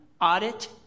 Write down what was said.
audit